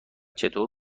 چطور